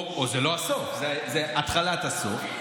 או זה לא הסוף, זה התחלת הסוף.